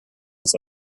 als